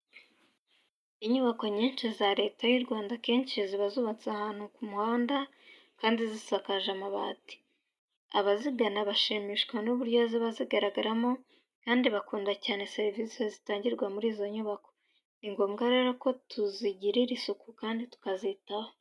Inyubako nyinshi za Leta y'u Rwanda akenshi ziba zubatse ahantu ku muhanda kandi zisakaje amabati. Abazigana bashimishwa n'uburyo ziba zigaragaramo kandi bakunda cyane serivise zitangirwa muri izo nyubako. Ni ngombwa rero ko tuzigirira isuku kandi tukazitaho.